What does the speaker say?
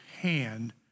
hand